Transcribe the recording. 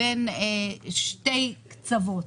בין שתי קצוות